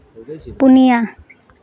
ᱯᱩᱱᱤᱭᱟ